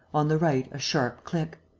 on the right a sharp click.